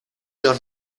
los